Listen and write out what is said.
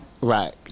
Right